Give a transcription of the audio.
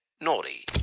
naughty